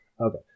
Okay